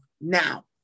now